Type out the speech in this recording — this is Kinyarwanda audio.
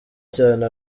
cyane